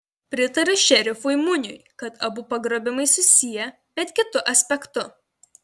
pritariu šerifui muniui kad abu pagrobimai susiję bet kitu aspektu